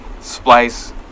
Splice